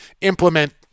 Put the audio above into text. implement